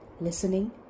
listening